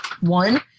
one